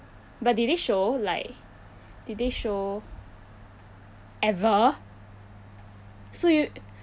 but did they show like did they show ever so you